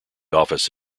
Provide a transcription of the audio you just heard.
office